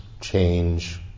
change